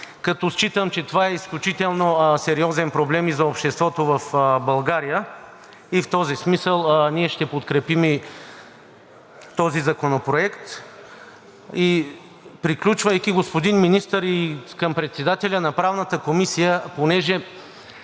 като считам, че това е изключително сериозен проблем и за обществото в България. В този смисъл ние ще подкрепим и този законопроект. Приключвайки, господин Министър, и към председателя на Правната комисия, понеже